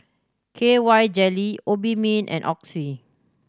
K Y Jelly Obimin and Oxy